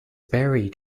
buried